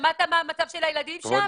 שמעת מה מצב הילדים שם?